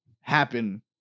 happen